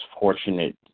fortunate